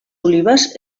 olives